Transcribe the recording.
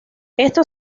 esto